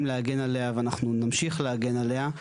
להגן עליה ואנחנו נמשיך להגן עליה,